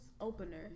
opener